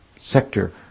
sector